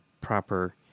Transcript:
proper